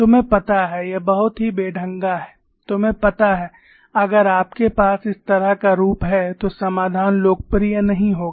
तुम्हें पता है यह बहुत ही बेढंगा है तुम्हें पता है अगर आपके पास इस तरह का रूप है तो समाधान लोकप्रिय नहीं होगा